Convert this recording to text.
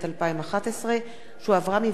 שהחזירה ועדת הפנים והגנת הסביבה.